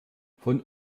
von